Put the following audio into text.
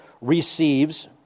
receives